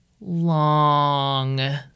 long